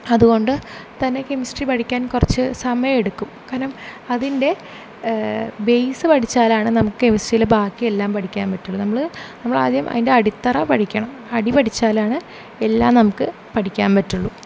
അതുകൊണ്ട് തന്നെ കെമിസ്ട്രി പഠിക്കാൻ കുറച്ചു സമയമെടുക്കും കാരണം അതിന്റെ ബേയ്സ്സ് പഠിച്ചാലാണ് നമുക്ക് കെമിസ്ട്രിയിലെ ബാക്കിയെല്ലാം പഠിക്കാൻ പറ്റുകയുള്ളൂ നമ്മൾ നമ്മളാദ്യം അതിന്റെ അടിത്തറ പഠിക്കണം അടി പഠിച്ചാലാണ് എല്ലാം നമുക്ക് പഠിക്കാൻ പറ്റുകയുള്ളു